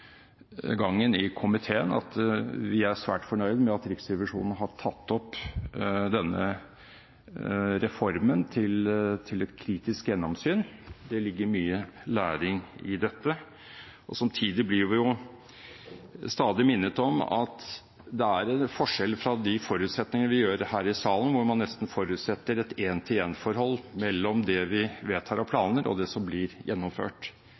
komiteen, at vi er svært fornøyd med at Riksrevisjonen har tatt opp denne reformen til et kritisk gjennomsyn. Det ligger mye læring i dette. Samtidig blir vi stadig minnet om at det er forskjell på de forutsetninger vi har her i salen, hvor man nesten forutsetter et en-til-en-forhold mellom det vi vedtar av planer, og det som blir gjennomført.